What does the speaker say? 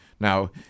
now